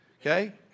okay